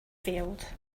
failed